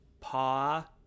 paw